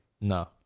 No